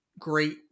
Great